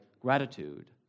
gratitude